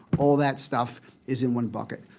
all of that stuff is in one bucket.